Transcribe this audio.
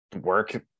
work